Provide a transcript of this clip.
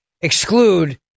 exclude